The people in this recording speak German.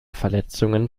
verletzungen